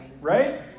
Right